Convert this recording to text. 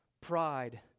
Pride